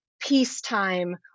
peacetime